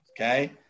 okay